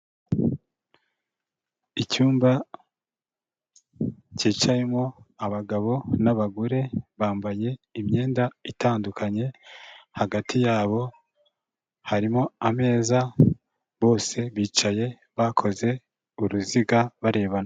Icyumba kicayemo abagabo n'abagore bambaye imyenda itandukanye, hagati yabo harimo ameza bose bicaye barebana.